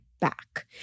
back